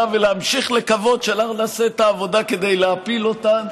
ולהמשיך לקוות שאנחנו נעשה את העבודה כדי להפיל אותן,